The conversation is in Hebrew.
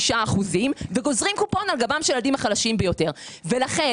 5% וגוזרים קופון על גבם של הילדים החלשים ביותר ולכן